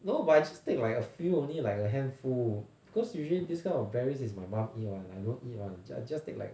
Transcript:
no but I just take like a few only like a handful because usually this kind of berries is my mum eat [one] I don't eat I I just take like